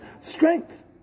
strength